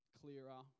clearer